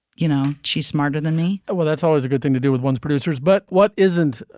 you know, she's smarter than me well, that's always a good thing to do with one's producers. but what isn't?